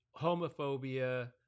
homophobia